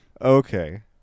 okay